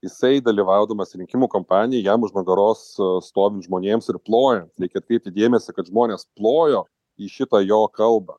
jisai dalyvaudamas rinkimų kampanija jam už nugaros stovint žmonėms ir plojant reikia atkreipti dėmesį kad žmonės plojo į šitą jo kalbą